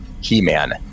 He-Man